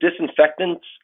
disinfectants